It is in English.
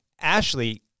Ashley